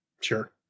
Sure